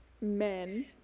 men